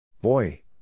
Boy